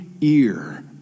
ear